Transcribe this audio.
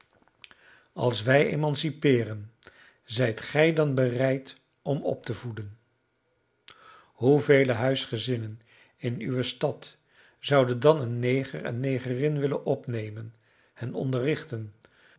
als wij emancipeeren zijt gij dan bereid om op te voeden hoevele huisgezinnen in uwe stad zouden dan een neger en negerin willen opnemen hen